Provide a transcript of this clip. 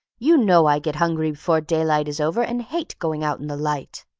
you know i get hungry before daylight is over and hate going out in the light.